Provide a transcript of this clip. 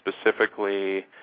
specifically